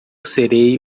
serei